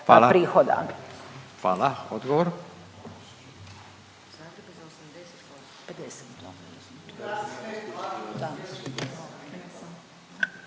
Hvala. Odgovor.